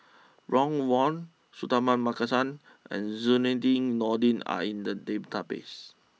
Ron Wong Suratman Markasan and Zainudin Nordin are in the database